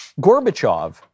Gorbachev